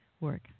work